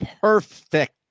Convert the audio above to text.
perfect